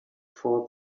for